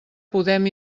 podem